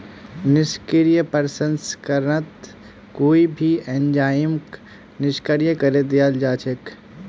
निष्क्रिय प्रसंस्करणत कोई भी एंजाइमक निष्क्रिय करे दियाल जा छेक